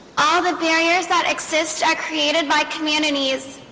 all the barriers that exists are created by communities